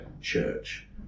church